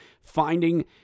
finding